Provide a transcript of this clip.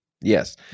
Yes